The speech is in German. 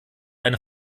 eine